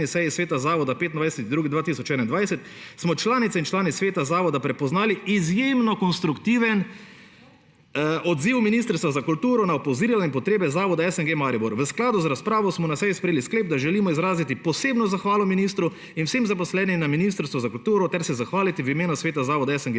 seji Sveta zavoda 25. 2. 2021 smo članice in člani Sveta zavoda prepoznali izjemno konstruktiven odziv Ministrstva za kulturo na opozorila in potrebe zavoda SNG Maribor. V skladu z razpravo smo na seji sprejeli sklep, da želimo izraziti posebno zahvalo ministru in vsem zaposlenim na Ministrstvu za kulturo ter se zahvaliti v imenu sveta zavoda SNG Maribor